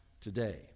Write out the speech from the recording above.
today